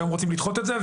והיום רוצים לדחות את זה,